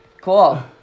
Cool